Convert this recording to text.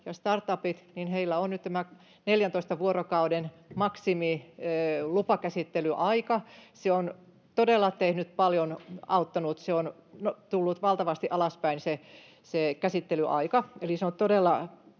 ja startupeilla on nyt 14 vuorokauden maksimilupakäsittelyaika. Se on todella tehnyt paljon, auttanut. Käsittelyaika on tullut valtavasti alaspäin, eli se on ollut todella